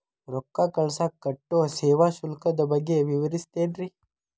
ರೊಕ್ಕ ಕಳಸಾಕ್ ಕಟ್ಟೋ ಸೇವಾ ಶುಲ್ಕದ ಬಗ್ಗೆ ವಿವರಿಸ್ತಿರೇನ್ರಿ?